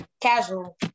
Casual